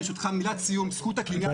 ברשותך, מילת סיום, זכות הקניין.